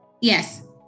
yes